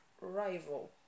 rival